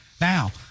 Now